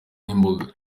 n’imboga